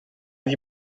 wie